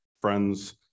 friends